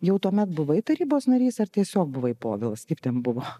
jau tuomet buvai tarybos narys ar tiesiog buvai povilas kaip ten buvo